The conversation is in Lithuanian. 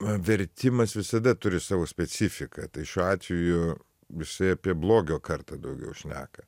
vertimas visada turi savo specifiką tai šiuo atveju jisai apie blogio kartą daugiau šneka